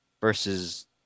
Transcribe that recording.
versus